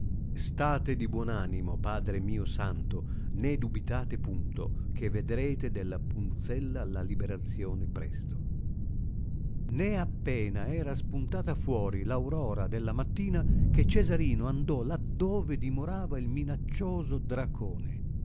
state di buon animo padre mio santo né dubitate punto che vedrete della punzella la liberazione presto né appena era spuntata fuori l aurora della mattina che cesarino andò là dove dimorava il minaccioso dracone